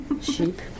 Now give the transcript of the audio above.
sheep